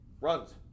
runs